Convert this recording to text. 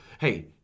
Hey